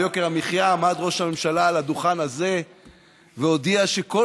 יוקר המחיה עמד ראש הממשלה על הדוכן הזה והודיע שכל